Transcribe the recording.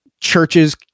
churches